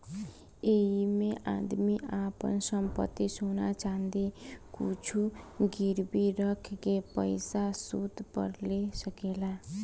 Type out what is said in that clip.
ऐइमे आदमी आपन संपत्ति, सोना चाँदी कुछु गिरवी रख के पइसा सूद पर ले सकेला